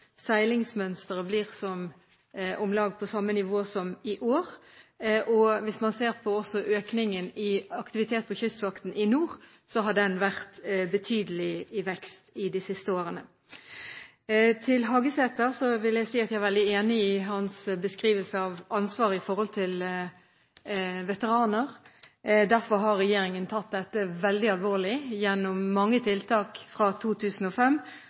seilingsmønsteret blir om lag på samme nivå som i år. Hvis man ser på økningen i aktivitet for Kystvakten i nord, har den vært i betydelig vekst de siste årene. Til Hagesæter vil jeg si at jeg er veldig enig i hans beskrivelse av ansvaret når det gjelder veteraner. Derfor har regjeringen tatt dette veldig alvorlig gjennom mange tiltak fra 2005,